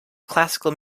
classical